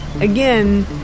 again